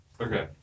Okay